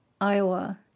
Iowa